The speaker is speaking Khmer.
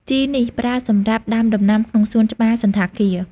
ជីនេះប្រើសម្រាប់ដាំដំណាំក្នុងសួនច្បារសណ្ឋាគារ។